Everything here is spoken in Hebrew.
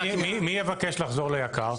מי יבקש לחזור ליקר?